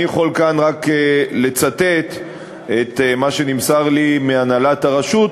אני יכול כאן רק לצטט את מה שנמסר לי מהנהלת הרשות,